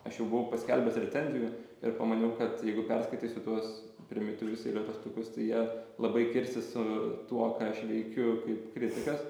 aš jau buvau paskelbęs recenzijų ir pamaniau kad jeigu perskaitysiu tuos primityvius eilėraštukus tai jie labai kirsis su tuo ką aš veikiu kaip kritikas